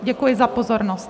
Děkuji za pozornost.